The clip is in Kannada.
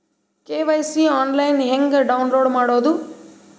ಕೆ.ವೈ.ಸಿ ಆನ್ಲೈನ್ ಹೆಂಗ್ ಡೌನ್ಲೋಡ್ ಮಾಡೋದು?